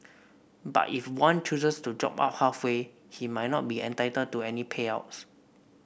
but if one chooses to drop out halfway he might not be entitled to any payouts